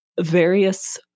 various